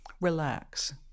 relax